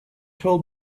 told